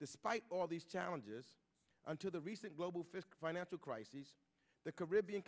despite all these challenges and to the recent global fiske financial crises the caribbean